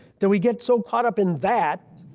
that we get so caught up in that,